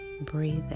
Breathe